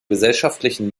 gesellschaftlichen